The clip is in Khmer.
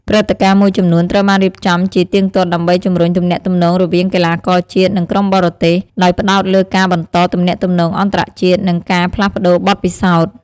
ព្រឹត្តិការណ៍មួយចំនួនត្រូវបានរៀបចំជាទៀងទាត់ដើម្បីជម្រុញទំនាក់ទំនងរវាងកីឡាករជាតិ និងក្រុមបរទេស ដោយផ្ដោតលើការបន្តទំនាក់ទំនងអន្តរជាតិ និងការផ្លាស់ប្តូរបទពិសោធន៍។